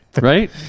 Right